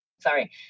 sorry